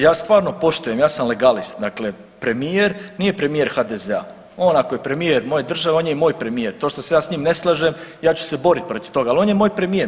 Ja stvarno poštujem, ja sam legalist, dakle premijer, nije premijer HDZ-a, on ako je premije moje države on je i moj premijer, to što se ja s njim ne slažem ja ću se boriti protiv toga, ali on je moj premijer.